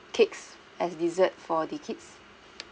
cakes as dessert for the kids